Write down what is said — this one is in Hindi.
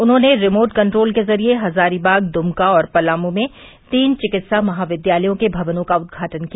उन्होंने रिमोट कंट्रोल के जरिये हजारीबाग दुमका और पलामू में तीन विकित्सा महाविद्यालयों के भवनों का उद्घाटन किया